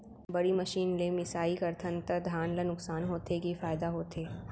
बड़ी मशीन ले मिसाई करथन त धान ल नुकसान होथे की फायदा होथे?